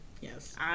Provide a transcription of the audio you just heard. Yes